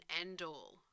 end-all